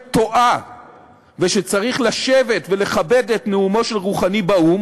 טועה וצריך לשבת ולכבד את נאומו של רוחאני באו"ם,